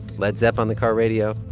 led zep on the car radio.